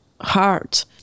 heart